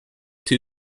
two